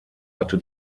hatte